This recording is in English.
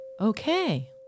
Okay